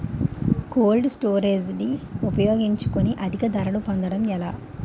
Cold storage ని ఉపయోగించుకొని అధిక ధరలు పొందడం ఎలా?